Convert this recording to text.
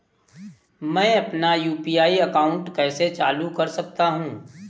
मैं अपना UPI account कैसे चालू कर सकता हूँ?